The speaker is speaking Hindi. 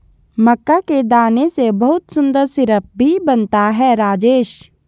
मक्का के दाने से बहुत सुंदर सिरप भी बनता है राजेश